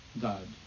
God